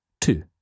Two